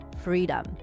freedom